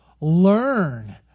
learn